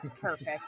Perfect